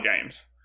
games